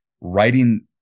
writing